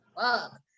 fuck